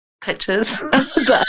pictures